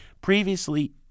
previously